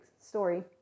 story